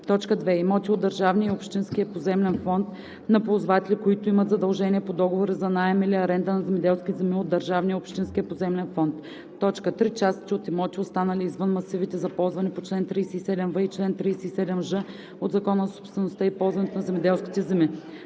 земи; 2. имоти от държавния и общинския поземлен фонд на ползватели, които имат задължения по договори за наем или аренда на земеделски земи от държавния и общинския поземлен фонд; 3. частите от имоти, останали извън масивите за ползване по чл. 37в и чл. 37ж от Закона за собствеността и ползването на земеделските земи.“